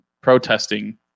Protesting